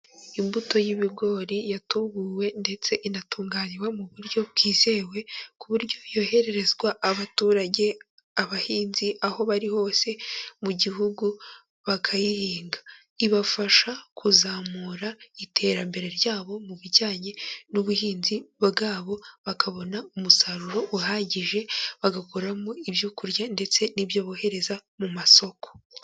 Imbuto y'ibigori yatubuwe ndetse inatunganywa mu buryo bwizewe, ku buryo yohererezwa abaturage, abahinzi, aho bari hose mu gihugu bakayihinga. Ibafasha kuzamura iterambere ryabo mu bijyanye n'ubuhinzi bwabo, bakabona umusaruro uhagije, bagakuramo ibyo kurya ndetse n'ibyo bohereza mu masoko.